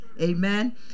Amen